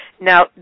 Now